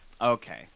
Okay